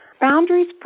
Boundaries